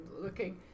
looking